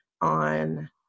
on